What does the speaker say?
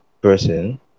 person